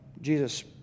Jesus